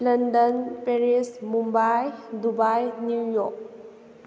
London Paris Mumbai Dubai New York